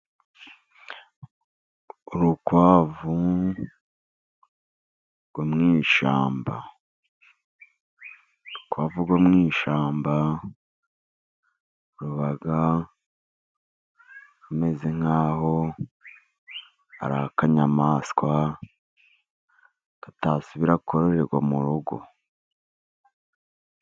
Urukwavu rwo mu ishyamba. Urukwavu rwo mu ishyamba, ruba rumeze nk'aho ari akanyamaswa katasubira kororerwa mu rugo.